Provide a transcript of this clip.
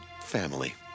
family